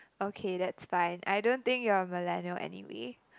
okay that's fine I don't think you're a millennial anyway